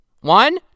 One